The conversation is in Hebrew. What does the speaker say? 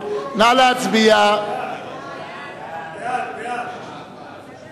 על הצעת חוק חתימה אלקטרונית (תיקון מס'